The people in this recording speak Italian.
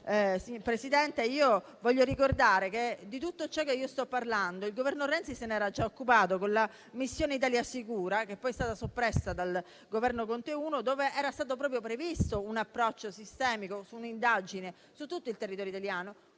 signor Presidente, vorrei ricordare che di tutto ciò di cui sto parlando il Governo Renzi si era già occupato con la missione Italia sicura, che poi è stata soppressa dal primo Governo Conte, in cui era stato previsto un approccio sistemico, con un'indagine su tutto il territorio italiano